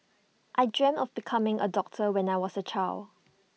I dreamt of becoming A doctor when I was A child